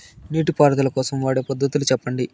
నీటి పారుదల కోసం వాడే పద్ధతులు సెప్పండి?